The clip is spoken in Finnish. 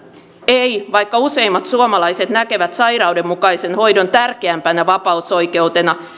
ei vaikka useimmat suomalaiset näkevät sairauden mukaisen hoidon tärkeämpänä vapausoikeutena